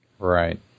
Right